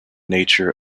nature